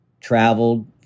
traveled